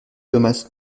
thomas